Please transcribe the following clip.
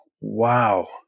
wow